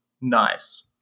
nice